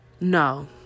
no